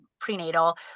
prenatal